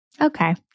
okay